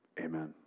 Amen